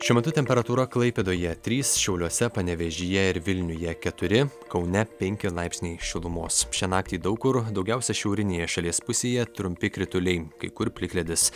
šiuo metu temperatūra klaipėdoje trys šiauliuose panevėžyje ir vilniuje keturi kaune penki laipsniai šilumos šią naktį daug kur daugiausia šiaurinėje šalies pusėje trumpi krituliai kai kur plikledis